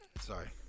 Sorry